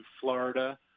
Florida